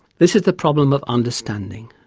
this is the problem of understanding